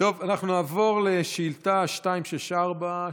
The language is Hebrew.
נעבור לשאילתה מס' 264,